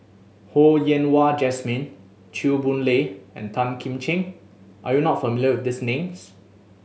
Ho Yen Wah Jesmine Chew Boon Lay and Tan Kim Ching are you not familiar with these names